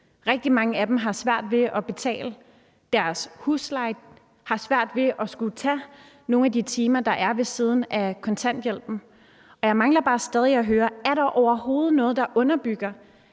Rigtig mange af dem har svært ved at betale deres husleje og har svært ved at skulle tage nogle af de timer, de skal tage ved siden af kontanthjælpen. Jeg mangler bare stadig væk at høre: Er der overhovedet noget, der underbygger,